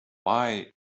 why